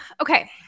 Okay